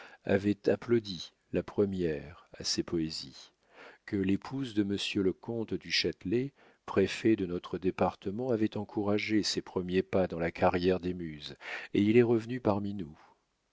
avait applaudi la première à ses poésies que l'épouse de monsieur le comte du châtelet préfet de notre département avait encouragé ses premiers pas dans la carrière des muses et il est revenu parmi nous